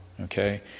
okay